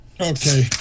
Okay